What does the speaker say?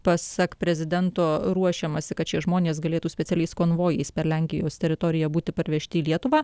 pasak prezidento ruošiamasi kad šie žmonės galėtų specialiais konvojais per lenkijos teritoriją būti parvežti į lietuvą